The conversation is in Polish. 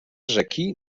rzeki